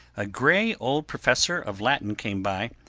a gray old professor of latin came by,